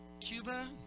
Cuba